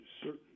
certain